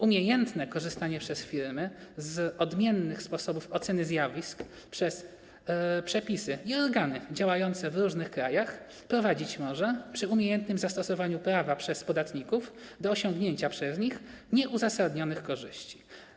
Umiejętne korzystanie przez firmy z odmiennych sposobów oceny zjawisk przez przepisy i organy działające w różnych krajach prowadzić może - przy umiejętnym zastosowaniu prawa przez podatników - do osiągnięcia przez nich nieuzasadnionych korzyści.